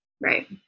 right